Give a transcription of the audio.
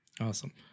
Awesome